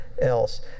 else